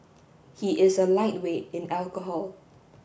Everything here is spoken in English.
he is a lightweight in alcohol